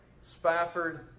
Spafford